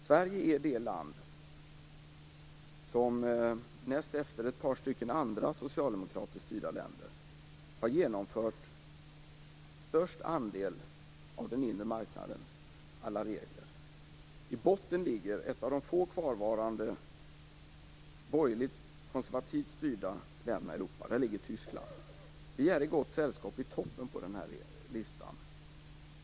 Sverige är det land som, näst efter ett par andra socialdemokratiskt styrda länder, har genomfört störst andel av den inre marknadens alla regler. I botten ligger ett av de få kvarvarande borgerligt-konservativt styrda länder i Europa, nämligen Tyskland. Vi befinner oss i gott sällskap i toppen av listan.